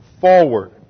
forward